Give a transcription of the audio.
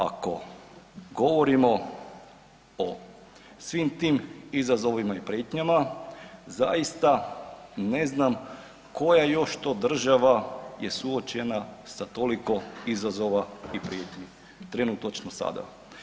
Ako govorimo o svim tim izazovima i prijetnjama, zaista ne znam koja još to država je suočena sa toliko izazova i prijetnji trenutačno sada.